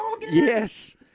Yes